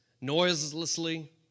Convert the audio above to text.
noiselessly